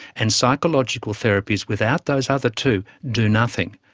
and psychological therapies without those other two do nothing,